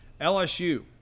LSU